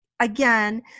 Again